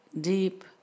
deep